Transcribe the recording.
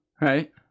right